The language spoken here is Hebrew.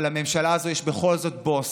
אבל לממשלה הזאת יש בכל זאת בוס.